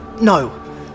No